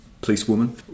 policewoman